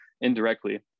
indirectly